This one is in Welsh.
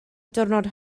diwrnod